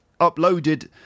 uploaded